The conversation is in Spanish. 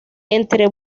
entre